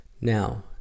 Now